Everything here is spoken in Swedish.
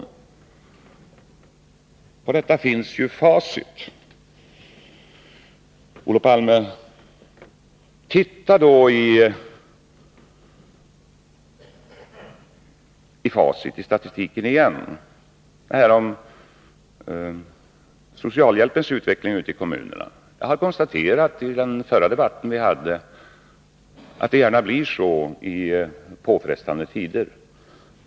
Allt detta står ju i facit. Studera, Olof Palme, statistiken beträffande socialhjälpens utveckling i kommunerna. I debatten i måndags konstaterade jag att socialhjälpen ökar i tider av påfrestningar.